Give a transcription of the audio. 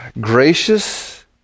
gracious